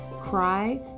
cry